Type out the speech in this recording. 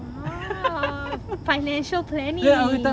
!wah! financial planning